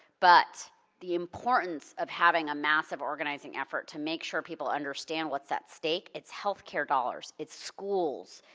but the importance of having a massive organizing effort to make sure people understand what's at stake, it's healthcare dollars, it's schools,